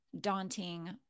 daunting